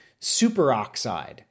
superoxide